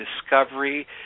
discovery